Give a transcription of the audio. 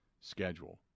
schedule